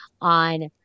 on